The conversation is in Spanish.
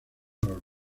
los